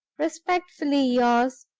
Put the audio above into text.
respectfully yours,